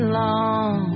long